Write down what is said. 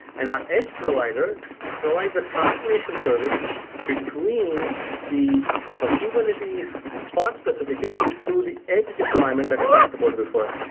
and our edge provider provides a translation service between the ah kubernetes pod specification, to the edge deployment that i talked about before,